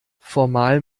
formal